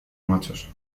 machos